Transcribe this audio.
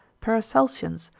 paracelsians,